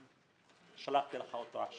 שלחתי לך אותו.